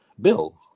Bill